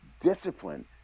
discipline